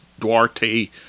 Duarte